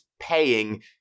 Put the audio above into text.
paying